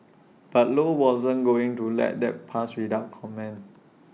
but low wasn't going to let that pass without comment